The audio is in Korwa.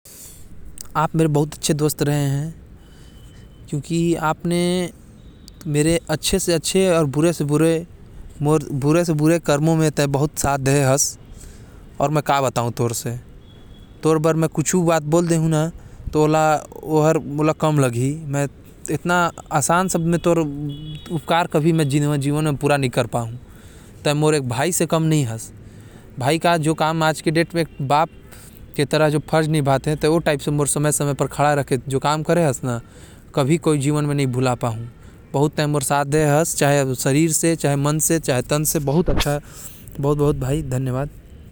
तै मोर बहुत अच्छा दोस्त हस काबर की तै मोर हर समय साथ देहे हस। तोर जितना तारीफ करहु कम हवे। तै मोर भाई समान हस, बाप जैसा अपन फ़र्ज़ ला निभाये हस। हमेशा मोके साथ देहे हस-चाहे तन से हो चाहे तोर मन से हो।